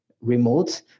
remote